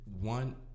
One